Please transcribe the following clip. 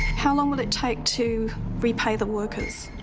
how long will it take to repay the workers?